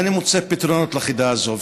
אינני מוצא פתרונות לחידה הזאת.